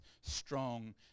strong